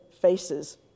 faces